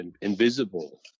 invisible